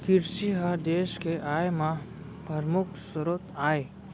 किरसी ह देस के आय म परमुख सरोत आय